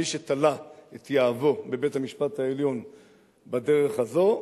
מי שתלה את יהבו בבית-המשפט העליון בדרך הזאת,